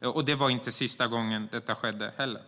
heller sista gången detta skedde.